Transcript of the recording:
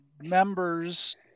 members